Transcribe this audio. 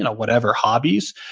and whatever hobbies,